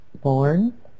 born